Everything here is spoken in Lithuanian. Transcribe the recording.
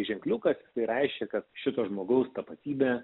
ženkliukas reiškia kad šito žmogaus tapatybė